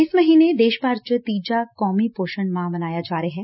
ਇਸ ਮਹੀਨੇ ਦੇਸ਼ ਭਰ ਚ ਤੀਜਾ ਰਾਸ਼ਟਰੀ ਪੋਸ਼ਣ ਮਾਹ ਮਨਾਇਆ ਜਾ ਰਿਹੈ